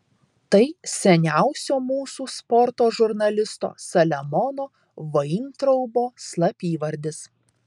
tai seniausio mūsų sporto žurnalisto saliamono vaintraubo slapyvardis